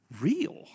real